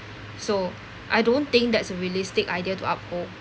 so I don't think that's a realistic idea to uphold